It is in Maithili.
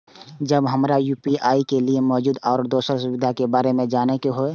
जब हमरा यू.पी.आई के लिये मौजूद आरो दोसर सुविधा के बारे में जाने के होय?